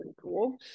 cool